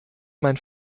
mein